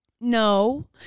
no